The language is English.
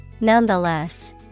Nonetheless